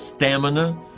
stamina